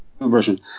version